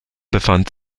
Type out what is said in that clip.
befand